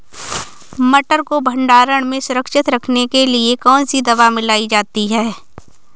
मटर को भंडारण में सुरक्षित रखने के लिए कौन सी दवा मिलाई जाती है?